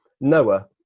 Noah